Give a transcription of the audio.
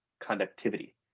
conductivity